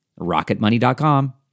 rocketmoney.com